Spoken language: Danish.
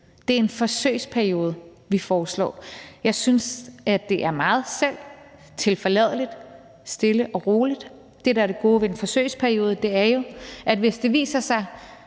Det er en forsøgsperiode, vi foreslår. Jeg synes selv, det er meget tilforladeligt, stille og roligt. Det, der er det gode ved en forsøgsperiode, er jo, at hvis det viser sig,